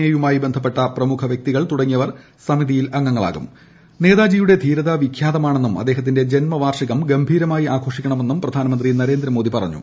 A യുമായി ബസ്ശ്ലപ്പെട്ട പ്രമുഖ വൃക്തികൾ തുടങ്ങിയവർ സമിതിയിൽ അംഗങ്ങളാകുക നേതാജിയുടെ ധീരത വിഖ്യാതമാ ണെന്നും അദ്ദേഹത്തിന്റെ ജ്ന്മവാർഷികം ഗംഭീരമായി ആഘോഷിക്കണമെന്നും പ്രധാനമന്ത്രി നരേന്ദ്രമോദി പറഞ്ഞു